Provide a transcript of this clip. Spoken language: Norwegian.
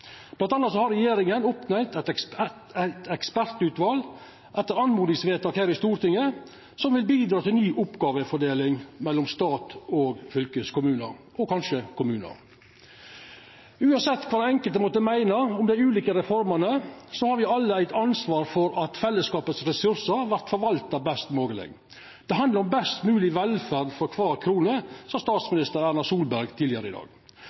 har regjeringa oppnemnt eit ekspertutval, etter oppmodingsvedtak her i Stortinget, som vil bidra til ny oppgåvefordeling mellom stat og fylkeskommunar, og kanskje kommunar. Uansett kva enkelte måtte meina om dei ulike reformene, har me alle eit ansvar for at fellesskapet sine ressursar vert forvalta best mogleg. Det handlar om best mogleg velferd for kvar krone, sa statsminister Erna Solberg tidlegare i dag.